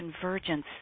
convergence